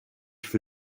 for